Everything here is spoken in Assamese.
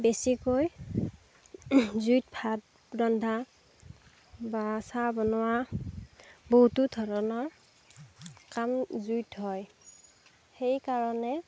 বেছিকৈ জুইত ভাত ৰন্ধা বা চাহ বনোৱা বহুতো ধৰণৰ কাম জুইত হয় সেইকাৰণে